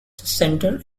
center